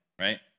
right